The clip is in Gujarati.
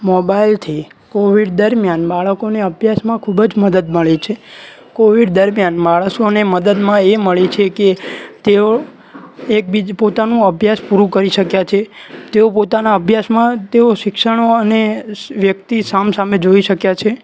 મોબાઈલથી કોવિડ દરમિયાન બાળકોને અભ્યાસમાં ખૂબ જ મદદ મળી છે કોવિડ દરમિયાન માણસોને મદદમાં એ મળી છે કે તેઓ એકબીજા પોતાનું અભ્યાસ પૂરું કરી શક્યા છે તેઓ પોતાના અભ્યાસમાં તેઓ શિક્ષણ અને વ્યક્તિ સામ સામે જોઈ શક્યા છે